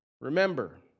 Remember